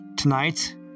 tonight